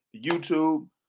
YouTube